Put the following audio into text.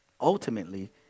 Ultimately